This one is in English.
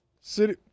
City